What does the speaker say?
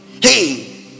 Hey